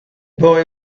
boy